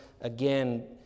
again